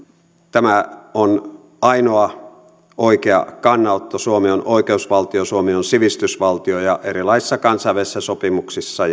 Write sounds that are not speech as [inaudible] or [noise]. tämä on ainoa oikea kannanotto suomi on oikeusvaltio suomi on sivistysvaltio ja erilaisissa kansainvälisissä sopimuksissa [unintelligible]